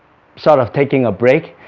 sort of taking a break